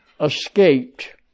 escaped